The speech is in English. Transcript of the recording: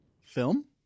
Film